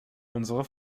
unsere